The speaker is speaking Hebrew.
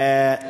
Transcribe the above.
היום,